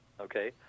Okay